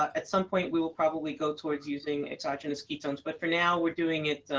at some point, we will probably go towards using exogenous ketones, but for now we're doing it